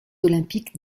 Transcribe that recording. olympiques